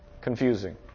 confusing